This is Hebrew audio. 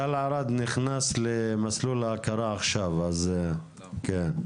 תל ערד נכנס למסלול ההכרה עכשיו אז, כן.